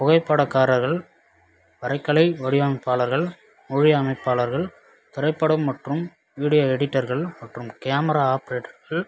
புகைப்படக்காரர்கள் வரைக் கலை வடிவமைப்பாளர்கள் மொழி அமைப்பாளர்கள் திரைப்படம் மற்றும் வீடியோ எடிட்டர்கள் மற்றும் கேமரா ஆப்ரேட்டர்கள்